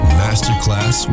masterclass